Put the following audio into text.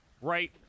Right